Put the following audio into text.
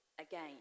again